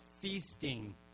feasting